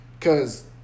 cause